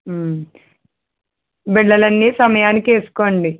బిళ్ళలన్నీ సమయానికి వేసుకోండి